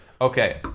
okay